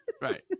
right